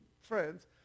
friends